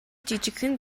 жижигхэн